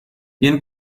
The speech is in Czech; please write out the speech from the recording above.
jen